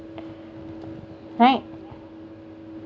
right